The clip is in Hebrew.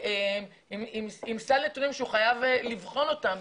עם סל נתונים שהוא חייב לבחון אותם,